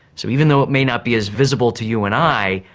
so even though it may not be as visible to you and i,